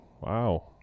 Wow